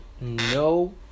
no